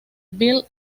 bill